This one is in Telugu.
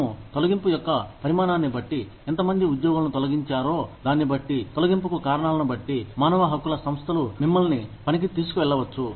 మనము తొలగింపు యొక్క పరిమాణాన్నిబట్టి ఎంతమంది ఉద్యోగులను తొలగించారో దాన్ని బట్టి తొలగింపుకు కారణాలను బట్టి మానవ హక్కుల సంస్థలు మిమ్మల్ని పనికి తీసుకెళ్లవచ్చు